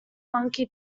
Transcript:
monkey